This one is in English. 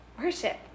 worship